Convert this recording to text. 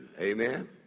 amen